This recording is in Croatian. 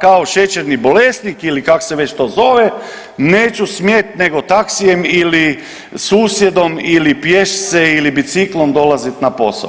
kao šećerni bolesnik ili kako se već to zove neću smjet nego taksijem ili susjedom ili pješice ili biciklom dolaziti na posao.